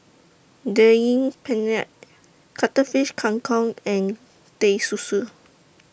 Daging Penyet Cuttlefish Kang Kong and Teh Susu